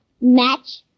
Match